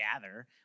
gather